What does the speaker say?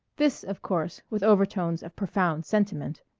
this, of course, with overtones of profound sentiment.